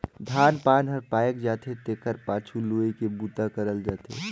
धान पान हर पायक जाथे तेखर पाछू लुवई के बूता करल जाथे